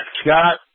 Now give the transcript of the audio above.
Scott